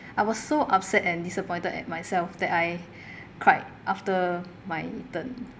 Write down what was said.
I was so upset and disappointed at myself that I cried after my turn